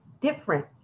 different